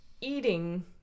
eating